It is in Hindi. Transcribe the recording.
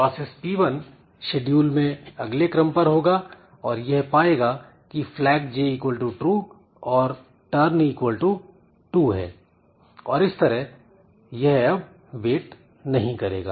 प्रोसेस P1 शेडूल में अगले क्रम पर होगा और यह पाएगा कि flagj true और turn 2 है और इस तरह यह अब वेट नहीं करेगा